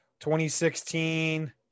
2016